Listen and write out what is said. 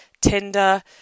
Tinder